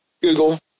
Google